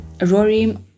rory